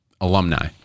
alumni